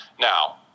Now